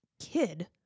kid